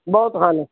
ਬਹੁਤ ਹਨ